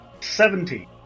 Seventeen